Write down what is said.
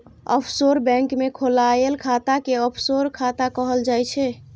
offshore bank मे खोलाएल खाता कें ऑफसोर खाता कहल जाइ छै